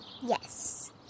Yes